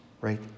right